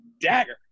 Dagger